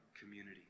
community